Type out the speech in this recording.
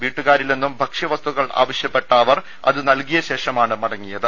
വീട്ടുകാരിൽ നിന്നും ഭക്ഷ്യവസ്തുക്കൾ ആവശ്യപ്പെട്ട അവർ അത് നല്കിയ ശേഷമാണ് മടങ്ങിയത്